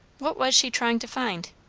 what was she trying to find?